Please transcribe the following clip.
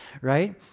right